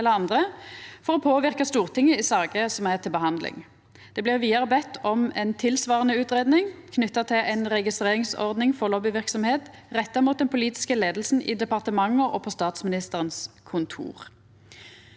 for å påverka Stortinget i saker som er til behandling. Det blir vidare bedt om ei tilsvarande utgreiing knytt til ei registreringsordning for lobbyverksemd retta mot den politiske leiinga i departementa og på Statsministerens kontor.